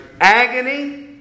agony